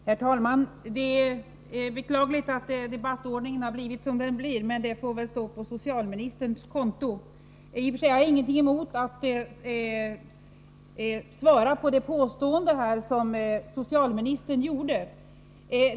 Herr talman! Det är beklagligt att debattordningen blivit sådan den blivit, men det får väl skrivas på socialministerns konto. I och för sig har jag ingenting emot att bemöta det påstående som socialministern gjorde.